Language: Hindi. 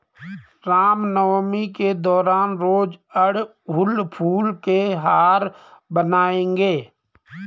रामनवमी के दौरान रोज अड़हुल फूल के हार बनाएंगे